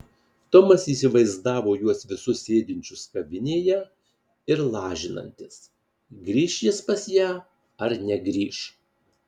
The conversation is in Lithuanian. tomas įsivaizdavo juos visus sėdinčius kavinėje ir lažinantis grįš jis pas ją ar negrįš